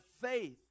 faith